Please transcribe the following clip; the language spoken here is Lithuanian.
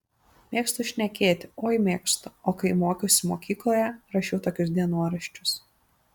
mėgstu šnekėti oi mėgstu o kai mokiausi mokykloje rašiau tokius dienoraščius